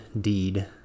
deed